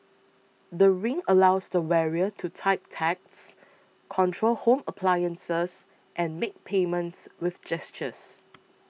the Ring allows the wearer to type texts control home appliances and make payments with gestures